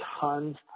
tons